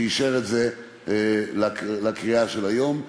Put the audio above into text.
שאישר את זה לקריאה של היום.